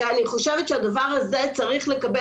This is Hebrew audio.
ואני חושבת שצריך לשים